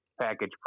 package